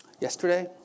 yesterday